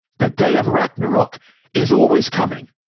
the day of ragnarok is always coming.